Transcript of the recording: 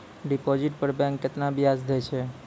Deposit पर bank केतना ब्याज दै छै?